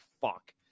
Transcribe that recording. fuck